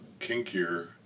kinkier